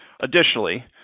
Additionally